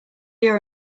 your